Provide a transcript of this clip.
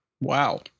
Wow